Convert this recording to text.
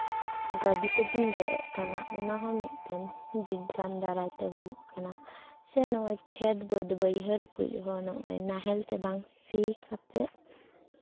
ᱜᱟᱹᱰᱤ ᱛᱮᱵᱚᱱ ᱜᱮᱫ ᱮᱫ ᱠᱟᱱᱟ ᱚᱱᱟ ᱦᱚᱸ ᱢᱤᱫᱴᱮᱱ ᱵᱤᱜᱽᱜᱟᱱ ᱫᱟᱨᱟᱭ ᱛᱮ ᱦᱩᱭᱩᱜ ᱠᱟᱱᱟ ᱥᱮ ᱱᱚᱜᱼᱚᱭ ᱠᱷᱮᱛᱼᱵᱟᱹᱫᱽ ᱵᱟᱹᱭᱦᱟᱹᱲ ᱠᱩᱡ ᱦᱚᱸ ᱱᱚᱜᱼᱚᱭ ᱱᱟᱦᱮᱞ ᱛᱮ ᱵᱟᱝ ᱥᱤ ᱠᱟᱛᱮ